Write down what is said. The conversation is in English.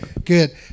Good